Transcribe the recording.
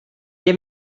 get